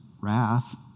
wrath